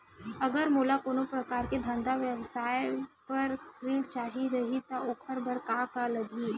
अगर मोला कोनो प्रकार के धंधा व्यवसाय पर ऋण चाही रहि त ओखर बर का का लगही?